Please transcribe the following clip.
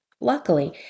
Luckily